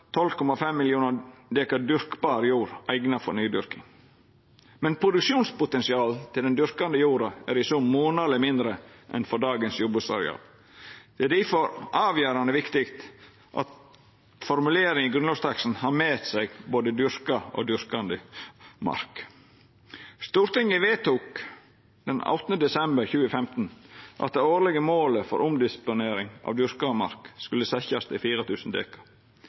12,5 millionar dekar dyrkbar jord eigna for nydyrking. Men produksjonspotensialet til den dyrkande jorda er i sum monaleg mindre enn for dagens jordbruksareal. Det er difor avgjerande viktig at formuleringa i grunnlovsteksten har med seg både dyrka og dyrkande mark. Stortinget vedtok den 8. desember 2015 at det årlege målet for omdisponering av dyrka mark skulle setjast